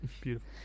beautiful